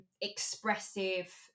expressive